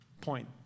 point